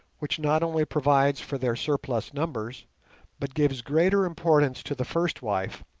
which not only provides for their surplus numbers but gives greater importance to the first wife,